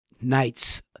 nights